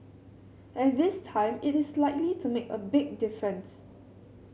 and this time it is likely to make a big difference